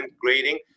grading